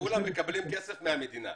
וכולם מקבלים כסף מהמדינה.